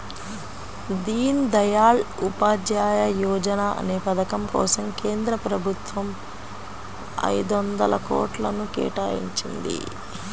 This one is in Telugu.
దీన్ దయాళ్ ఉపాధ్యాయ యోజనా అనే పథకం కోసం కేంద్ర ప్రభుత్వం ఐదొందల కోట్లను కేటాయించింది